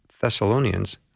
Thessalonians